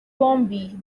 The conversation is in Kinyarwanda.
bombi